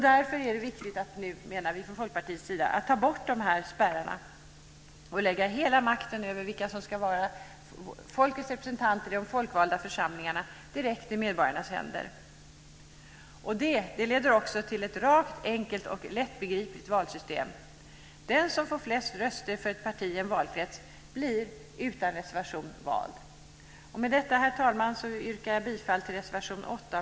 Därför är det nu, menar vi från Folkpartiets sida, viktigt att ta bort de här spärrarna och lägga hela makten över vilka som ska vara folkets representanter i de folkvalda församlingarna direkt i medborgarnas händer. Det leder också till ett rakt, enkelt och lättbegripligt valsystem. Den som får flest röster för ett parti i en valkrets blir utan reservation vald. Med detta, herr talman, yrkar jag bifall till reservation 8.